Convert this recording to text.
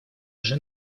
уже